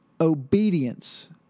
Obedience